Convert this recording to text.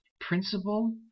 principle